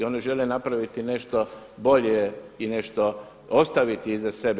One žele napraviti nešto bolje i nešto ostaviti iza sebe.